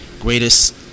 greatest